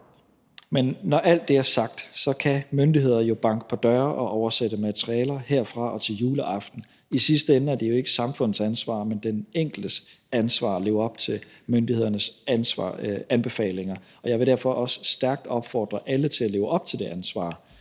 Men når alt det er sagt, kan myndighederne jo banke på døre og oversætte materiale herfra og til juleaften. I sidste ende er det jo ikke samfundets ansvar, men den enkeltes ansvar at leve op til myndighedernes anbefalinger, og jeg vil derfor også stærkt opfordre alle til at leve op til det ansvar.